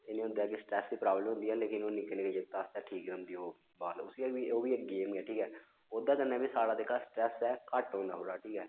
एह् नी होंदा कि स्ट्रैस दी प्राब्लम होंदी ऐ लेकिन ओह् निक्के निक्के जागत आस्तै ठीक रौंह्दी ओह् बाल उसी ऐ ओह् बी इक गेम ऐ ठीक ऐ ओह्दा कन्नै बी साढ़ा जेह्का स्ट्रैस ऐ घट्ट होंदा थोह्ड़ा ठीक ऐ